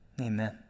Amen